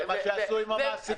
זה מה שעשו עם המעסיקים.